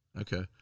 Okay